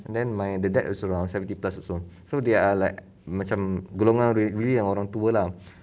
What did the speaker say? and then like the dad also around seventy plus also so they are like macam golongan rea~ really yang orang tua lah